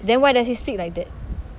then why does he speak like that